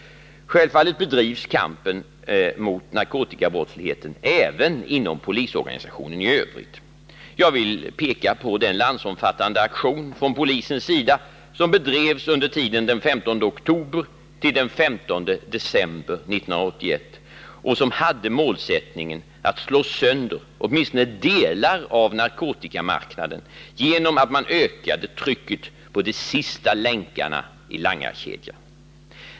Självfallet bedrivs kampen mot narkotikabrottsligheten även inom polisorganisationen i övrigt. Jag vill peka på den landsomfattande aktion från polisens sida som bedrevs under tiden den 15 oktober-den 15 december 1981 och som hade målsättningen att slå sönder åtminstone delar av narkotikamarknaden genom att man ökade trycket på de sista länkarna i langarkedjan.